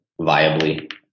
viably